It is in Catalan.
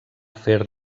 fer